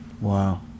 Wow